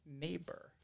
neighbor